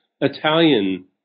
Italian